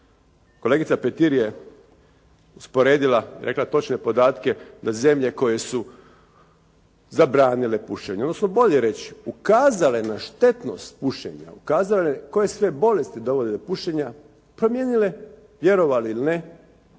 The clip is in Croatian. Kolegica Petir je usporedila, rekla točne podatke da zemlje koje su zabranile pušenje, odnosno bolje reći ukazale na štetnost pušenja, ukazale koje sve bolesti dovode do pušenja promijenile vjerovali ili ne,